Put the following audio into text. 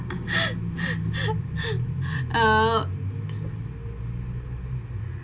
uh